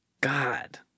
God